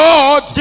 God